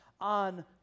on